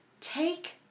Take